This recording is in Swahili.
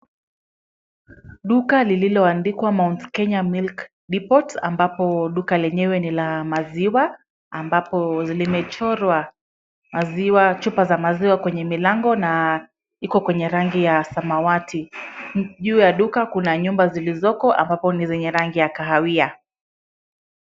Duka lililoandikwa Mount Kenya Milk Depot ambapo duka lenyewe ni la maziwa, ambapo limechorwa maziwa, chupa za maziwa kwenye milango, na iko kwenye rangi ya samawati. Juu ya duka kuna nyumba zilizoko ambapo ni zenye rangi ya kahawia.